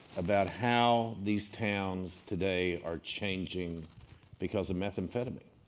about how these towns today are changing because of methamphetamine,